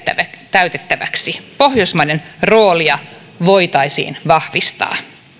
täytettäväksi pohjoismaiden roolia voitaisiin vahvistaa